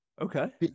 Okay